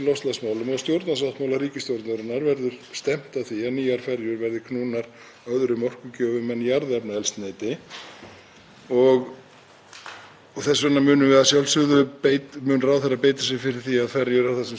Þess vegna mun ráðherra að sjálfsögðu beita sér fyrir því að ferjur á þessum skilgreindu ferjuleiðum verði endurnýjaðar í ljósi þeirra markmiða. Það verður unnið með þessa samþykktu forgangsröðun í því.